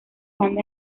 bandas